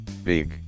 Big